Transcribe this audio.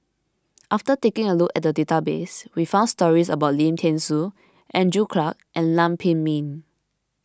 after taking a look at the database we found stories about Lim thean Soo Andrew Clarke and Lam Pin Min